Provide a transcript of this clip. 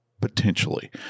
potentially